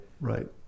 Right